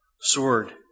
sword